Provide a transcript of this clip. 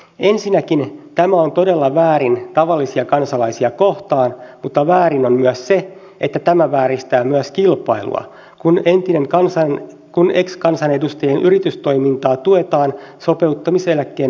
ensinnäkin tämä on todella väärin tavallisia kansalaisia kohtaan mutta väärin on myös se että tämä vääristää kilpailua kun ex kansanedustajien yritystoimintaa tuetaan sopeuttamiseläkkeen muodossa